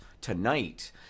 tonight